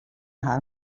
har